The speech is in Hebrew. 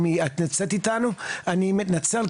אני מתנצל,